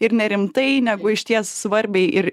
ir nerimtai negu išties svarbiai ir